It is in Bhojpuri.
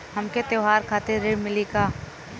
हमके त्योहार खातिर ऋण मिली का?